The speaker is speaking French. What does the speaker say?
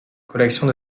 collection